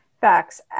facts